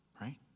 Right